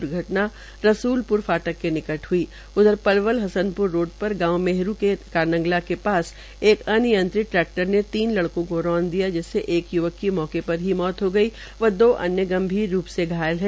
द्र्घटना पलवल हसनपुर रोड पर गांव मेहर का ंनंगला के पास एक अनियत्रित ट्रैक्टर ने तीन लड़को को रौंद दिया जिसमे एक य्वक की मौके पर मौत हो गई व दो अन्य गंभीर रूप से घायल है